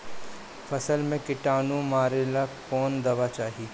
फसल में किटानु मारेला कौन दावा चाही?